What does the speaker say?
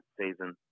season